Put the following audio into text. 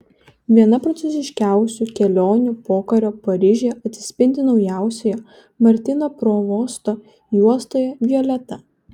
viena prancūziškiausių kelionių pokario paryžiuje atsispindi naujausioje martino provosto juostoje violeta